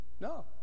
No